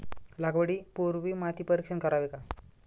लागवडी पूर्वी माती परीक्षण करावे का?